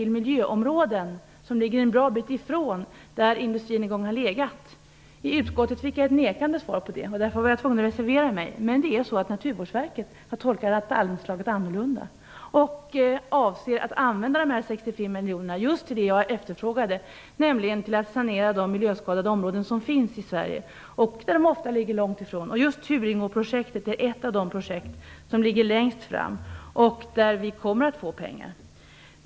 Det står nämligen att pengarna skall användas till gamla industriområden. I utskottet fick jag ett nekande svar. Därför var jag tvungen att reservera mig. Naturvårdsverket har emellertid gjort en annan tolkning och avser att använda de 65 miljoner kronorna just till det som jag efterfrågade, nämligen till sanering av miljöskadade områden i Sverige som ofta ligger långt från den plats där industrin fanns. Just Turingeåprojektet är ett av de projekt som ligger längst fram i det avseendet, och vi kommer att få pengar.